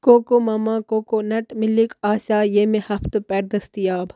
کو کو مَما coconut milk آسیٛا ییٚمہِ ہفتہٕ پٮ۪ٹھ دٔستِیاب